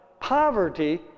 poverty